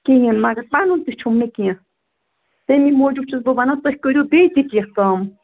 کِہیٖنٛۍ مگر پَنُن تہِ چھُم نہٕ کیٚنٛہہ تٔمی موٗجوٗب چھُس بہٕ وَنان تُہۍ کٔرِو بیٚیہِ تہِ کیٚنٛہہ کم